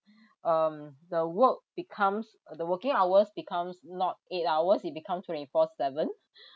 um the work becomes or the working hours becomes not eight hours it becomes twenty four seven